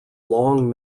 long